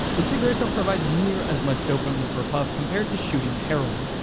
the cigarettes don't provide near as much dopamine per puff compared to shooting heroin,